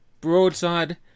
Broadside